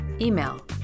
email